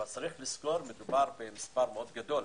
אבל יש לזכור מדובר במספר מאוד גדול.